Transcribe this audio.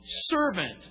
servant